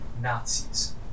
Nazis